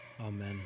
Amen